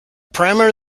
parameter